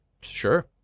Sure